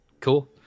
Cool